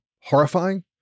horrifying